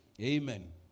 Amen